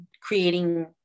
creating